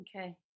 okay